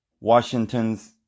Washington's